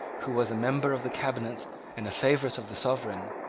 who was a member of the cabinet and a favourite of the sovereign,